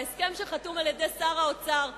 ההסכם שחתום על-ידי שר האוצר,